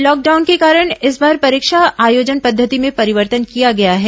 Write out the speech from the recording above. lockdown के कारण इस बार परीक्षा आयोजन पद्धति में परिवर्तन किया गया है